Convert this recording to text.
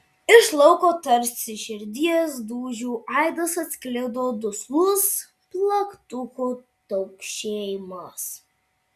iš lauko tarsi širdies dūžių aidas atsklido duslus plaktuko taukšėjimas